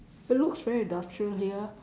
it looks very industrial here